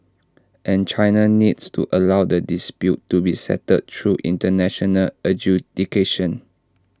and China needs to allow the dispute to be settled through International adjudication